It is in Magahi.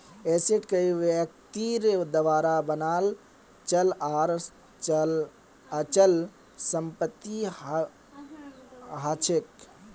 एसेट कोई व्यक्तिर द्वारा बनाल चल आर अचल संपत्ति हछेक